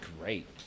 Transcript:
great